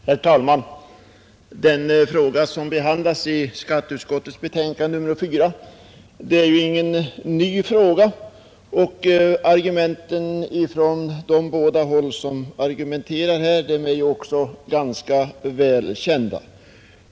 Herr talman! Den fråga som behandlas i skatteutskottets betänkande nr 4 är inte ny, och argumenten från de båda sidor som uppträtt i debatten är också ganska väl kända.